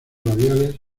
radiales